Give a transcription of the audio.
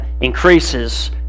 increases